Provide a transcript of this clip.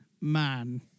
man